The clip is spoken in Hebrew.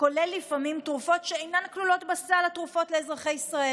הכולל לפעמים תרופות שאינן כלולות בסל התרופות לאזרחי ישראל,